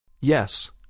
Yes